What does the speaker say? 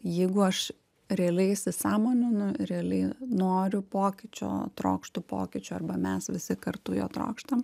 jeigu aš realiai įsisąmoninu realiai noriu pokyčio trokštu pokyčio arba mes visi kartu jo trokštam